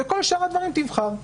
וכל שאר הדברים תבחר.